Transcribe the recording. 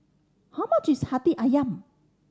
how much is Hati Ayam